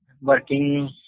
working